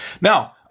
Now